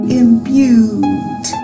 imbued